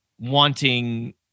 wanting